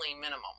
minimum